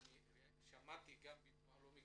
ושמעתי שגם ביטוח לאומי